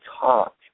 talk